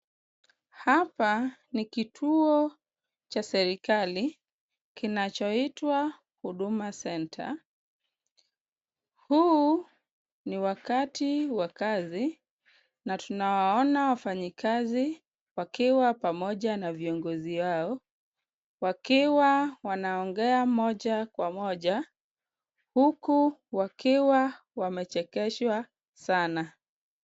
Hapa ni kituo cha serikali kinachoitwa Huduma Centre. Huu ni wakati wa kazi na tunawaona wafanyikazi wakiwa pamoja na viongozi wao wakiwa wanaongea moja kwa moja, huku wakiwa wamechekeshwa sana.